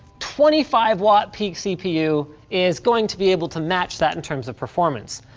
twenty five watt peak cpu is going to be able to match that in terms of performance.